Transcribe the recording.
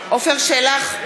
עפר שלח,